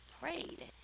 prayed